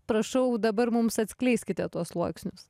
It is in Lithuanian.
prašau dabar mums atskleiskite tuos sluoksnius